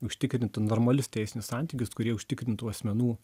užtikrinti normalius teisinius santykius kurie užtikrintų asmenų